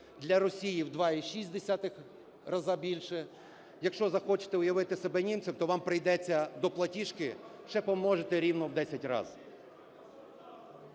для Росії – у 2,6 рази більше; якщо захочете уявити себе німцем, то вам прийдеться до платіжки ще помножити рівно в 10 раз.